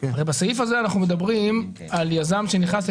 בסעיף הזה אנחנו מדברים על יזם שנכנס,